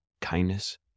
kindness